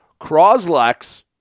Croslex